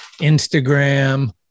Instagram